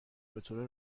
بطور